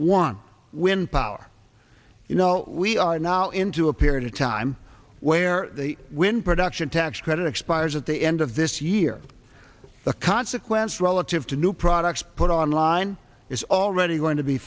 one wind power you know we are now into a period of time where when production tax credit expires at the end of this year the consequence relative to new products put on line is already going to be